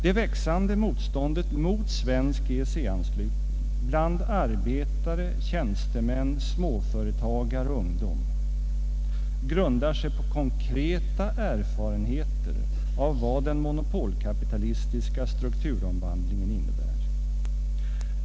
Det växande motståndet mot svensk EEC-anslutning bland arbetare, tjänstemän, småföretagare och ungdom grundar sig på konkreta erfarenheter av vad den monopolkapitalistiska strukturomvandlingen innebär.